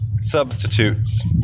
substitutes